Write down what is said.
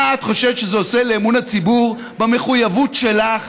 מה את חושבת שזה עושה לאמון הציבור במחויבות שלך,